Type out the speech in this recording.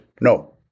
No